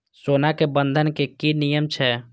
सोना के बंधन के कि नियम छै?